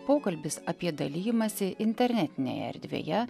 pokalbis apie dalijimąsi internetinėje erdvėje